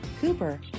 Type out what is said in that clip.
Cooper